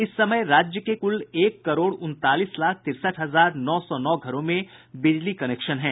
इस समय राज्य के कुल एक करोड़ उनतालीस लाख तिरसठ हजार नौ सौ नौ घरों में बिजली कनेक्शन हैं